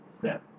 set